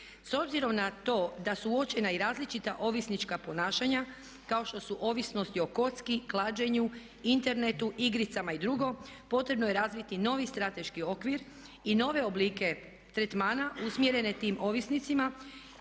S obzirom na to da su uočena i različita ovisnička ponašanja kao što su ovisnosti o kocki, klađenju, internetu, igricama i drugo potrebno je razviti novi strateški okvir i nove oblike tretmana usmjerene tim ovisnicima,